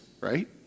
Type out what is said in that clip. right